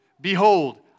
behold